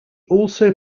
also